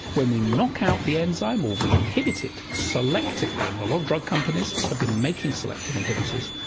when we knock out the enzyme or we inhibit it, selectively and a lot of drug companies have been making selective inhibitors,